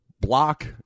block